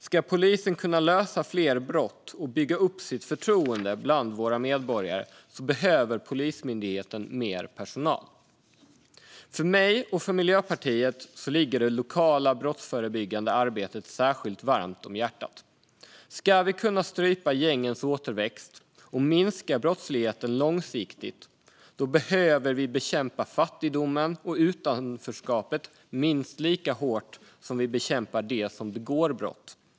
Ska polisen kunna lösa fler brott och bygga upp sitt förtroende bland medborgarna behöver Polismyndigheten mer personal. Det lokala brottsförebyggande arbetet ligger mig och Miljöpartiet särskilt varmt om hjärtat. Ska gängens återväxt strypas och brottsligheten långsiktigt minskas behöver fattigdomen och utanförskapet bekämpas minst lika hårt som de som begår brott.